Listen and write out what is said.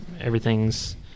everything's